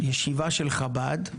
ישיבה של חב"ד,